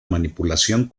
manipulación